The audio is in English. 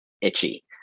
itchy